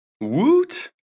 Woot